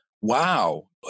wow